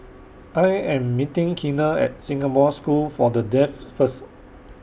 I Am meeting Keena At Singapore School For The Deaf First